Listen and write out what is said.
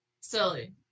Silly